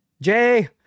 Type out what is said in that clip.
Jay